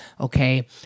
okay